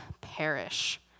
perish